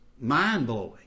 mind-blowing